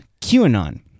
QAnon